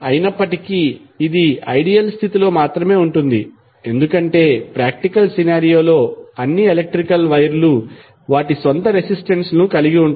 అయినప్పటికీ ఇది ఐడియల్ స్థితిలో మాత్రమే ఉంది ఎందుకంటే ప్రాక్టికల్ సినారియో లో అన్ని ఎలక్ట్రికల్ వైర్లు వాటి స్వంత రెసిస్టెన్స్ లను కలిగి ఉంటాయి